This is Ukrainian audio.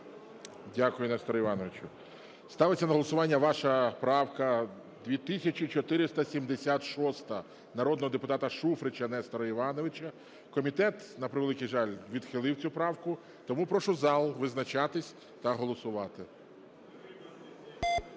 Дякую, Несторе Івановичу. Ставиться на голосування ваша правка 2476, народного депутата Шуфрича Нестора Івановича. Комітет, на превеликий жаль, відхилив цю правку. Тому прошу зал визначатись та голосувати.